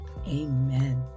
amen